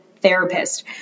therapist